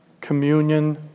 communion